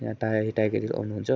यहाँ टाइ Tiger Hill आउनुहुन्छ